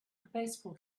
baseball